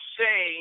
say